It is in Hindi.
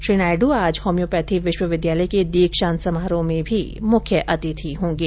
श्री नायडू आज होम्योपैथी विश्वविद्यालय के दीक्षांत समारोह में भी मुख्य अतिथि होंगे